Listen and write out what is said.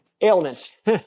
ailments